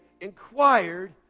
inquired